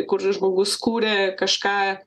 kur žmogus kūrė kažką